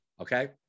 okay